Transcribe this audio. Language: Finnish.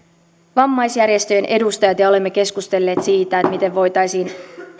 vammaisjärjestöjen edustajat ja ja olemme keskustelleet siitä miten voitaisiin